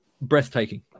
breathtaking